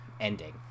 ending